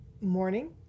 Morning